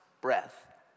breath